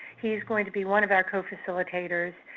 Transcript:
he's going to be one of our co-facilitators,